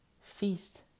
Feast